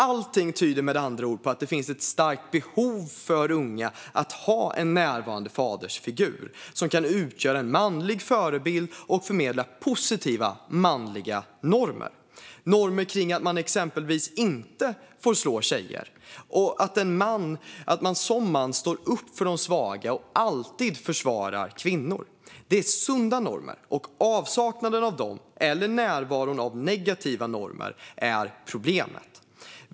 Allting tyder med andra ord på att det finns ett starkt behov hos unga att ha en närvarande fadersfigur som kan utgöra en manlig förebild och förmedla positiva manliga normer - normer kring att man exempelvis inte får slå tjejer och att man som man står upp för de svaga och alltid försvarar kvinnor. Det är sunda normer, och avsaknaden av dem eller närvaron av negativa normer är problemet.